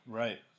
right